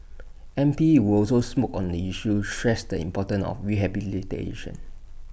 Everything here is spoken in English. M P who also smoke on the issue stressed the importance of rehabilitation